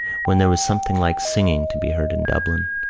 when there was something like singing to be heard in dublin.